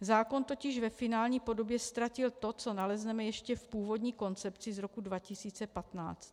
Zákon totiž ve finální podobě ztratil to, co nalezneme ještě v původní koncepci z roku 2015.